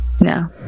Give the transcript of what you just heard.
no